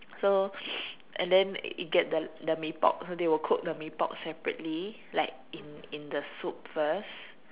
so and then it get the the Mee-Pok so they will cook the Mee-Pok separately like in in the soup first